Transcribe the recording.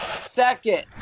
Second